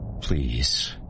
Please